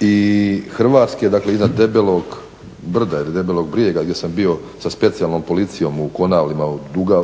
i Hrvatske, dakle iznad Debelog brda ili Debelog brijega gdje sam bio sa Specijalnom policijom u Konavlima od